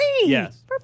Yes